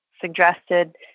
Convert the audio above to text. suggested